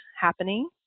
happening